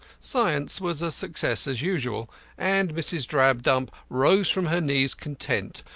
science was a success as usual and mrs. drabdump rose from her knees content,